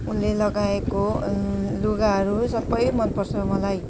उसले लगाएको लुगाहरू सबै मन पर्छ मलाई